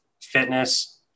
fitness